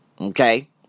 okay